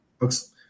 looks